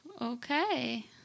Okay